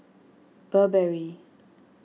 Burberry